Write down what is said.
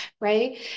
right